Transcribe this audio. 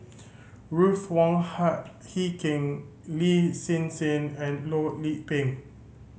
Ruth Wong Hie King Lin Hsin Hsin and Loh Lik Peng